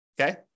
Okay